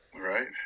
Right